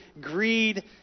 greed